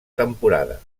temporada